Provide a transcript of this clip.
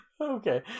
Okay